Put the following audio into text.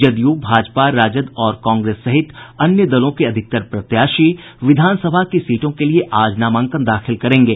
जदयू भाजपा राजद और कांग्रेस सहित अन्य दलों के अधिकतर प्रत्याशी विधानसभा की सीटों के लिए आज नामांकन दाखिल करेंगे